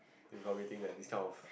they probably think that this kind of